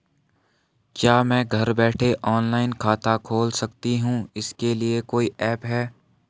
क्या मैं घर बैठे ऑनलाइन खाता खोल सकती हूँ इसके लिए कोई ऐप है?